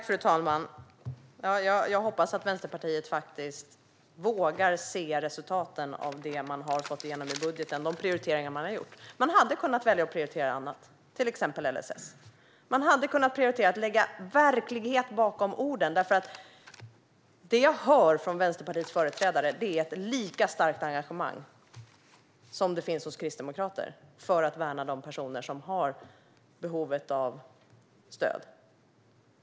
Fru talman! Jag hoppas att Vänsterpartiet faktiskt vågar se resultaten av det man har fått igenom i budget och av de prioriteringar man har gjort. Man hade kunnat välja att prioritera annat, till exempel LSS. Man hade kunnat prioritera att lägga verklighet bakom orden. Det jag hör från Vänsterpartiets företrädare är ett lika starkt engagemang som det finns hos kristdemokrater för att värna de personer som har behov av stöd.